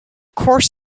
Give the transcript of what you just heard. course